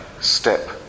step